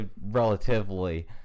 Relatively